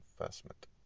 investment